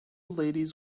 ladies